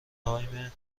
تایم